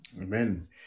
Amen